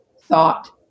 thought